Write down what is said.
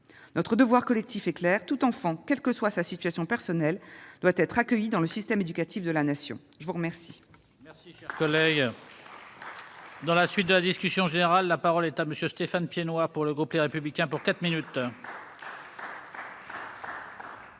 Notre devoir collectif est clair : tout enfant, quelle que soit sa situation personnelle, doit être accueilli dans le système éducatif de la Nation. La parole